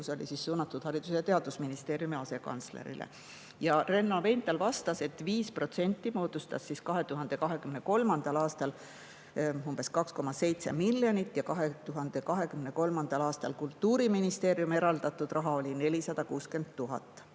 küsimus oli suunatud Haridus- ja Teadusministeeriumi asekantslerile. Renno Veinthal vastas, et 5% moodustas 2023. aastal umbes 2,7 miljonit ja 2023. aastal Kultuuriministeeriumi eraldatud raha oli 460 000